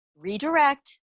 redirect